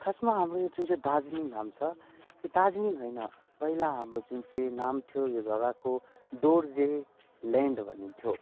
खासमा हाम्रो यो जुन चाहिँ दार्जिलिङ नाम छ त्यो दार्जिलिङ होइन पहिला हाम्रो जुन चाहिँ नाम थियो यो जग्गाको दोर्जेल्यान्ड भनिन्थ्यो